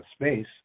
space